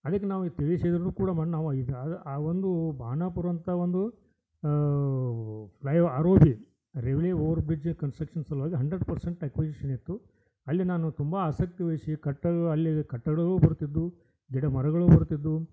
ಅದಕ್ಕೆ ನಾವು ತಿಳಿಸಿದ್ರೂನೂ ಕೂಡ ಆ ಒಂದೂ ಬಾಣಾಪುರ ಅಂತ ಒಂದು R O B revenue over bridge construction ಸಲುವಾಗಿ ಹಂಡ್ರೆಡ್ ಪರ್ಸೆಂಟ್ ಅಕ್ವಿಸೀಷನ್ ಇತ್ತು ಅಲ್ಲಿ ನಾನು ತುಂಬ ಆಸಕ್ತಿವಹಿಸಿ ಕಟ್ಟಡ ಅಲ್ಲಿ ಕಟ್ಟಡವು ಬರ್ತಿದ್ದವು ಗಿಡ ಮರಗಳು ಬರ್ತಿದ್ದವು